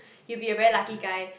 you'll be a very lucky guy